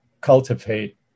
cultivate